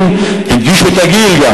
הדגישו גם את הגיל,